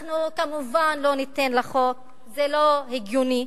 אנחנו, כמובן, לא ניתן לחוק, זה לא הגיוני.